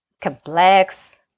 complex